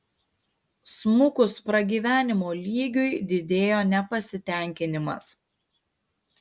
smukus pragyvenimo lygiui didėjo nepasitenkinimas